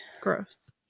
gross